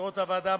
למזכירות הוועדה,